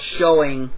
showing